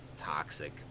toxic